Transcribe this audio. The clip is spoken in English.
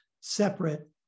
separate